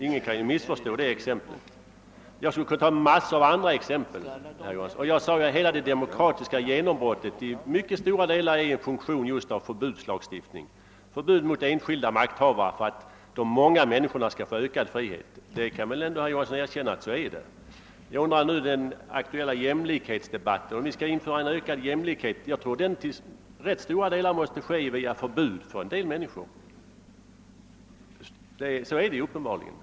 Ingen kunde missförstå det exemplet. Jag kunde också anföra mängder av andra exempel. Som jag sade är det demokratiska genombrottet i stor utsträckning en funktion av en lagstiftning om förbud som drabbar enskilda makthavare för att de många människorna skall få ökad frihet. Det måste väl herr Johansson erkänna. Det talas nu allmänt om att öka jämlikheten, och jag tror att det till stor del måste ske via förbud som drabbar en del människor.